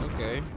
Okay